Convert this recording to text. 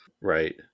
Right